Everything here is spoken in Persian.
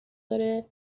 داره